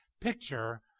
picture